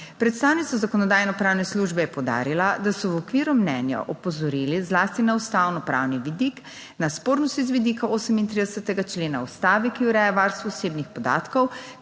Predstavnica Zakonodajno-pravne službe je poudarila, da so v okviru mnenja opozorili zlasti na ustavno pravni vidik, na spornosti z vidika 38. člena Ustave, ki ureja varstvo osebnih podatkov